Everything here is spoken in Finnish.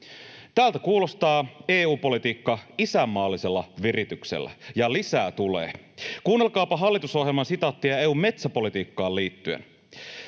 Tältä kuulostaa EU-politiikka isänmaallisella virityksellä. Ja lisää tulee — kuunnelkaapa hallitusohjelman sitaattia EU:n metsäpolitiikkaan liittyen: